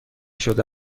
شده